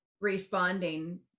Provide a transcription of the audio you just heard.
responding